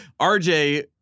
RJ